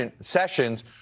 Sessions